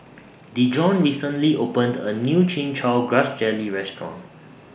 Dijon recently opened A New Chin Chow Grass Jelly Restaurant